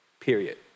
period